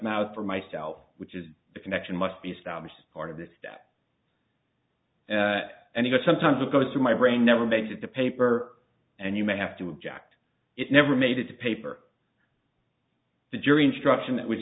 mouth for myself which is the connection must be established part of this and yet sometimes it goes through my brain never makes it the paper and you may have to object it never made it to paper the jury instruction that was